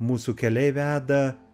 mūsų keliai veda